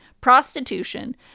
prostitution